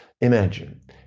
imagine